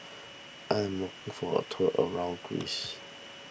I am looking for a tour around Greece